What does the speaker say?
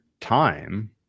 time